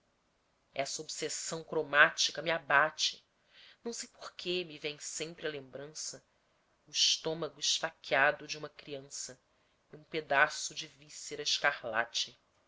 essa obsessão cromática me abate não sei por que me vêm sempre à lembrança o estômago esfaqueado de uma criança e um pedaço de víscera